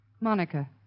Monica